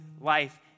life